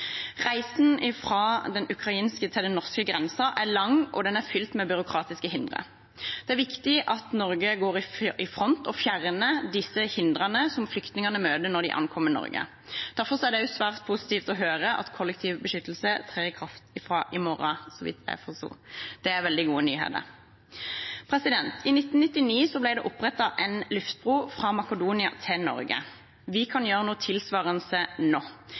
Reisen fra den ukrainske til den norske grensen er lang, og den er fylt med byråkratiske hindre. Det er viktig at Norge går i front og fjerner disse hindrene som flyktningene møter når de ankommer Norge. Derfor er det svært positivt å høre at kollektiv beskyttelse trer i kraft fra i morgen, så vidt jeg forsto. Det er veldig gode nyheter. I 1999 ble det opprettet en luftbro fra Makedonia til Norge. Vi kan gjøre noe tilsvarende nå